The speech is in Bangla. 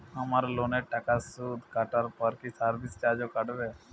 আমার লোনের টাকার সুদ কাটারপর কি সার্ভিস চার্জও কাটবে?